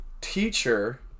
teacher